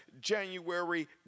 January